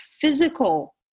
physical